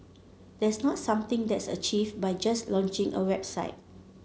that's not something that's achieved by just launching a website